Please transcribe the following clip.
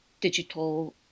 digital